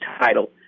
title